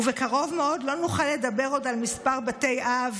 ובקרוב מאוד לא נוכל לדבר עוד על מספר בתי אב